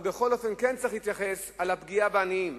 בכל אופן, כן צריך להתייחס לפגיעה בעניים.